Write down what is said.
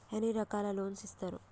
ఎన్ని రకాల లోన్స్ ఇస్తరు?